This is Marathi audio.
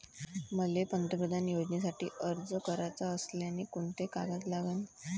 मले पंतप्रधान योजनेसाठी अर्ज कराचा असल्याने कोंते कागद लागन?